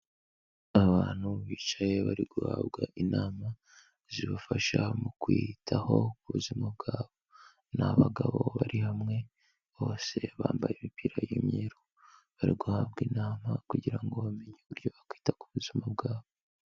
Abantu bicaye bari guhabwa inama zibafasha mu kwiyitaho ku buzima bwabo, ni abagabo bari hamwe, bose bambaye imipira y'imyeru, bari guhabwa inama kugira ngo bamenye uburyo bakwita ku buzima bwabo.